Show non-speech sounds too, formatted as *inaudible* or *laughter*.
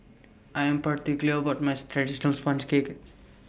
I Am particular about My *noise* Traditional Sponge Cake